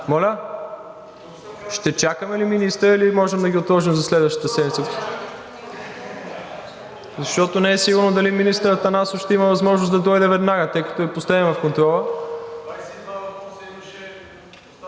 Ще чакаме ли министъра, или можем да отложим за следващата седмица, защото не е сигурно дали министър Атанасов ще има възможност да дойде веднага, тъй като е последен в контрола?